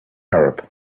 arab